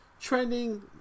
trending